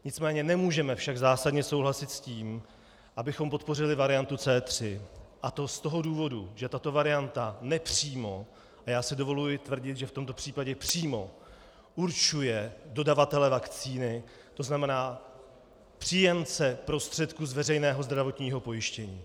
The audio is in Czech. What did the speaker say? Nicméně nemůžeme však zásadně souhlasit s tím, abychom podpořili variantu C2, a to z toho důvodu, že tato varianta nepřímo, a já si dovoluji tvrdit, že v tomto případě přímo, určuje dodavatele vakcíny, tzn. příjemce prostředků z veřejného zdravotního pojištění.